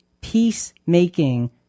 peacemaking